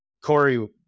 corey